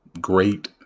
great